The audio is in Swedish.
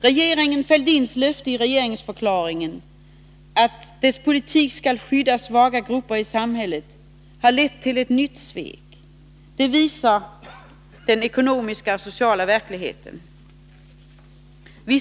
Regeringen Fälldins löfte i regeringsförklaringen att dess politik skulle skydda svaga grupper i samhället har lett till ett nytt svek. Det visar den ekonomiska och sociala verkligheten. Herr talman!